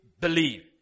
believe